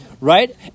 right